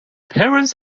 parents